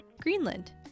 Greenland